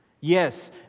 Yes